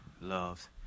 loves